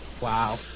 Wow